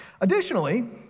Additionally